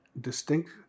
distinct